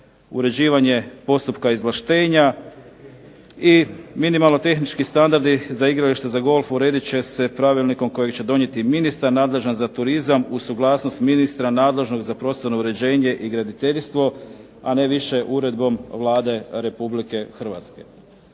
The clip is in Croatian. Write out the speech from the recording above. uređivanje postupka izvlaštenja i minimalno tehnički standardi za igrališta za golf uredit će se pravilnikom kojeg će donijeti ministar nadležan za turizam uz suglasnost ministra nadležnog za prostorno uređenje i graditeljstvo, a ne više uredbom Vlade RH.